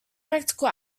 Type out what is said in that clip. practical